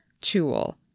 tool